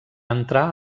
entrar